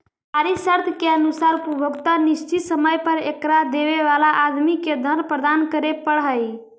व्यापारी शर्त के अनुसार उपभोक्ता निश्चित समय पर एकरा देवे वाला आदमी के धन प्रदान करे पड़ऽ हई